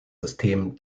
system